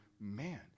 man